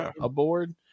aboard